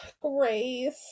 Grace